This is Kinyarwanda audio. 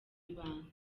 ibanga